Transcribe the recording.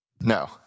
No